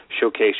showcase